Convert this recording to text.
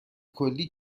کلی